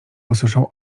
usłyszał